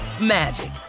magic